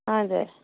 हजुर